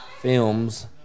films